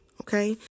okay